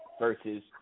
versus